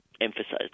emphasize